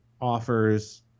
offers